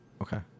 Okay